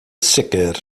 sicr